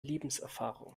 lebenserfahrung